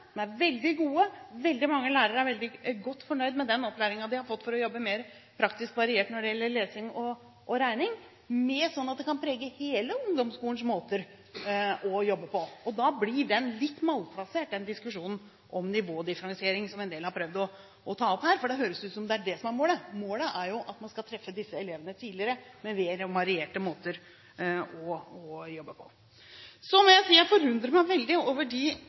er veldig gode. Veldig mange lærere er veldig godt fornøyd med den opplæringen de har fått for å jobbe mer praktisk og variert når det gjelder lesing og regning, og slik at det kan prege hele ungdomsskolens måter å jobbe på. Da blir diskusjonen om nivådifferensiering – som en del har prøvd å ta opp her – litt malplassert, for det høres ut som om det er det som er målet. Målet er jo at man skal treffe disse elevene tidligere, med flere og varierte måter å jobbe på. Så må jeg si jeg forundrer meg veldig over de